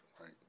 right